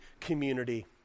community